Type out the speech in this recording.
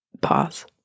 Pause